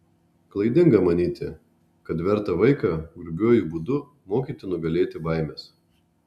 klaidinga manyti kad verta vaiką grubiuoju būdu mokyti nugalėti baimes